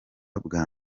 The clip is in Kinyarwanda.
bwa